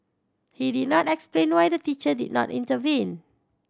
he did not explain why the teacher did not intervene